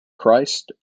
christ